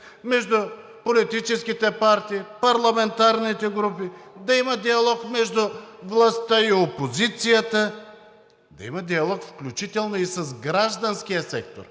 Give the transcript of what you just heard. между политическите партии, парламентарните групи, да има диалог между властта и опозицията, да има диалог включително и с гражданския сектор,